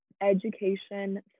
education